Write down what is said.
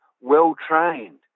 well-trained